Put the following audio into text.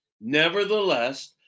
Nevertheless